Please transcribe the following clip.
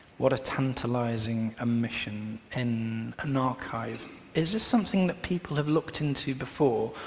what a tantalizing omission in an archive is this something that people have looked into before?